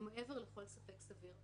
היא מעבר לכל ספק סביר.